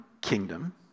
kingdom